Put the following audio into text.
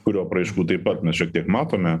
kurio apraiškų taip pat na šiek tiek matome